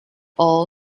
all